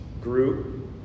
group